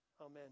Amen